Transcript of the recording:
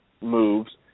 moves